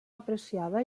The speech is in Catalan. apreciada